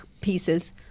pieces